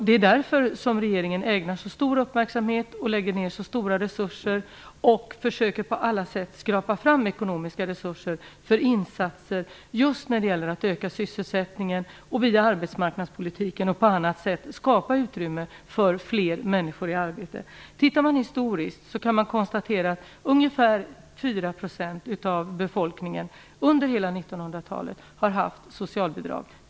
Det är därför regeringen ägnar så stor uppmärksamhet och lägger ner så stora resurser och på alla sätt försöker skrapa fram ekonomiska resurser för insatser när det gäller att öka sysselsättningen och skapa utrymme för fler människor i arbete. Historiskt kan man konstatera att ungefär 4 % av befolkningen under hela 1900-talet har haft socialbidrag.